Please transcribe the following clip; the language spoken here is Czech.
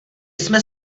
jsem